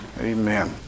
Amen